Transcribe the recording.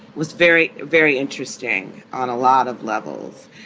was very, very interesting on a lot of levels.